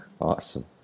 Awesome